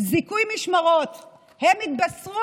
איזה עובדים?